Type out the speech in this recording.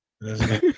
No